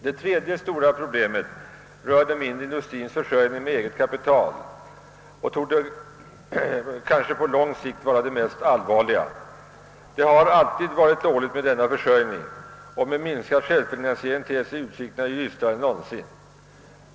Det tredje stora problemet rör den mindre industriens försörjning med eget kapital och torde kanske på lång sikt vara det allvarligaste. Det har alltid varit dåligt ställt med denna försörjning, och med minskad självfinansiering ter sig utsikterna dystrare än någonsin.